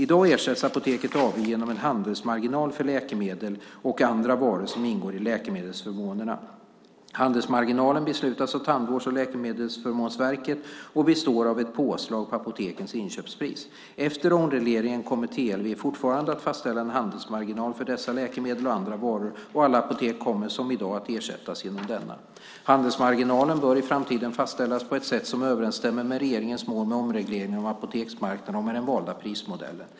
I dag ersätts Apoteket AB genom en handelsmarginal för läkemedel och andra varor som ingår i läkemedelsförmånerna. Handelsmarginalen beslutas av Tandvårds och läkemedelsförmånsverket och består av ett påslag på apotekens inköpspris. Efter omregleringen kommer TLV fortfarande att fastställa en handelsmarginal för dessa läkemedel och andra varor, och alla apotek kommer, som i dag, att ersättas genom denna. Handelsmarginalen bör i framtiden fastställas på ett sätt som överensstämmer med regeringens mål med omregleringen av apoteksmarknaden och med den valda prismodellen.